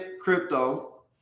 crypto